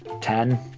ten